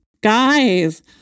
guys